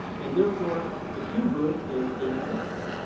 and therefore, the cube root is eighty six.